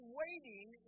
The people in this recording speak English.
waiting